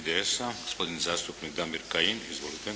IDS-a gospodin zastupnik Damir Kajin. Izvolite.